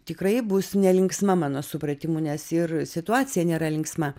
tikrai bus nelinksma mano supratimu nes ir situacija nėra linksma